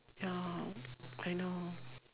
ya I know